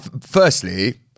firstly